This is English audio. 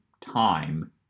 time